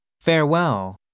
Farewell